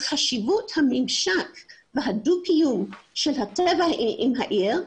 חשיבות הממשק והדו קיום של הטבע עם העיר.